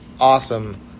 Awesome